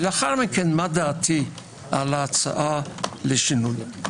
לאחר מכן מה דעתי על ההצעה לשינוי.